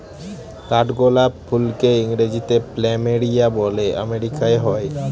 কাঠগোলাপ ফুলকে ইংরেজিতে প্ল্যামেরিয়া বলে আমেরিকায় হয়